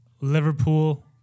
Liverpool